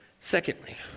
Secondly